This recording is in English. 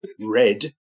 red